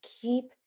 keep